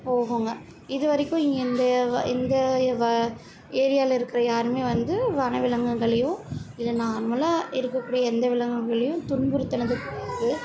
போகும்ங்க இதுவரைக்கும் இங்கே எந்த எந்த ஏரியாவில் இருக்கிற யாருமே வந்து வன விலங்குகளையோ இல்லை நார்மலாக இருக்கக்கூடிய எந்த விலங்குகளையும் துன்புறுத்தினது கிடையாது